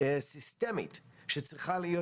סיסטמית שצריכה להיות,